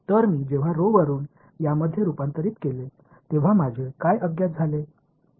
तर मी जेव्हा ऱ्हो वरुन यामध्ये रुपांतरित केले तेव्हा माझे काय अज्ञात झाले